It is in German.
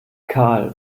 karl